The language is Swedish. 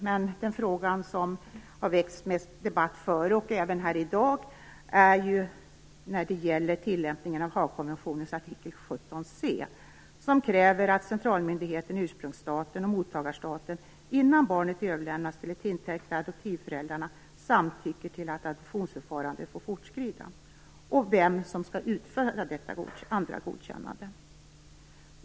Men den fråga som har väckt mest debatt tidigare och i dag gäller tillämpningen av Haagkonventionens artikel 17 c. I den föreskrivs att centralmyndigheterna i ursprungsstaten och mottagarstaten innan barnet överlämnas till de tilltänkta adoptivföräldrarna samtycker till att adoptionsförfarandet får fortskrida, dvs. det hela gäller vem som skall utföra detta andra godkännande.